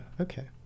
okay